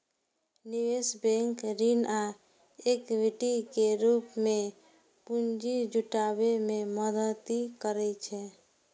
निवेश बैंक ऋण आ इक्विटी के रूप मे पूंजी जुटाबै मे मदति करै छै